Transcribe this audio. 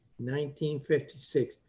1956